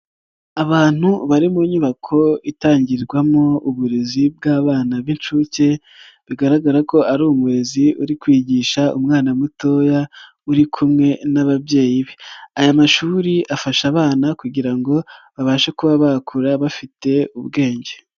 Abantu bari mu nyubako itangirwamo uburezi bw'abana b'inshuke bigaragara ko ari umurezi uri kwigisha umwana mutoya uri kumwe n'ababyeyi be, aya mashuri afasha abana kugira ngo babashe kuba bakura bafite ubwenge.